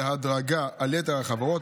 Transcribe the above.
בהדרגה, על יתר החברות.